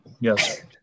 Yes